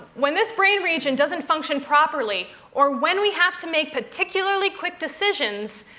when this brain region doesn't function properly, or when we have to make particularly quick decisions,